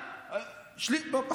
שנייה, שלישית, ובחוץ.